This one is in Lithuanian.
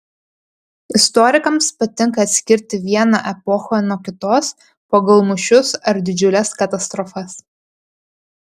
istorikams patinka atskirti vieną epochą nuo kitos pagal mūšius ar didžiules katastrofas